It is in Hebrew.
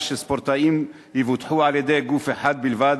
שספורטאים יבוטחו על-ידי גוף אחד בלבד